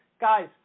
Guys